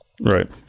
Right